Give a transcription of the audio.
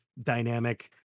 dynamic